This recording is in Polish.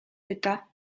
pyta